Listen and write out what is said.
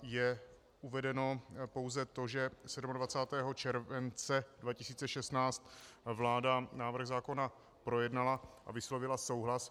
Je uvedeno pouze to, že 27. července 2016 vláda návrh zákona projednala a vyslovila souhlas.